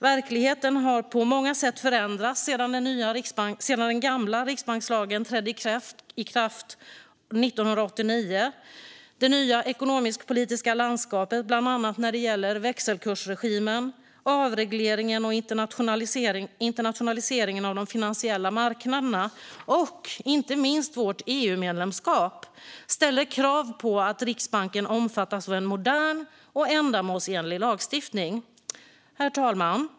Verkligheten har på många sätt förändrats sedan den gamla riksbankslagen trädde i kraft 1989. Det nya ekonomisk-politiska landskapet bland annat när det gäller växelkursregimen, avregleringen och internationaliseringen av de finansiella marknaderna och inte minst vårt EU-medlemskap ställer krav på att Riksbanken omfattas av en modern och ändamålsenlig lagstiftning. Herr talman!